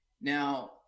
Now